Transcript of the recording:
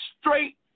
straight